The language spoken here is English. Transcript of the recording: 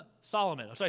Solomon